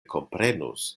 komprenus